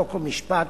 חוק ומשפט,